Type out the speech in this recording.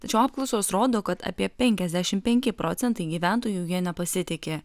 tačiau apklausos rodo kad apie penkiasdešimt penki procentai gyventojų jie nepasitiki